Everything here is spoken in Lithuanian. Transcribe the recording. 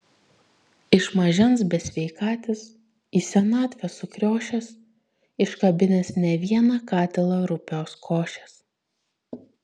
iš mažens besveikatis į senatvę sukriošęs iškabinęs ne vieną katilą rupios košės